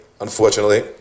unfortunately